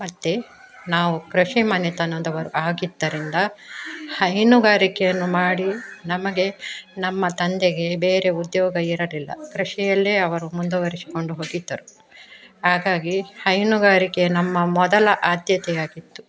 ಮತ್ತು ನಾವು ಕೃಷಿ ಮನೆತನದವರು ಆಗಿದ್ದರಿಂದ ಹೈನುಗಾರಿಕೆಯನ್ನು ಮಾಡಿ ನಮಗೆ ನಮ್ಮ ತಂದೆಗೆ ಬೇರೆ ಉದ್ಯೋಗ ಇರಲಿಲ್ಲ ಕೃಷಿಯಲ್ಲೇ ಅವರು ಮುಂದುವರಿಸಿಕೊಂಡು ಹೋಗಿದ್ದರು ಹಾಗಾಗಿ ಹೈನುಗಾರಿಕೆ ನಮ್ಮ ಮೊದಲ ಆದ್ಯತೆ ಆಗಿತ್ತು